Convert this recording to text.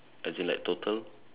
as in like total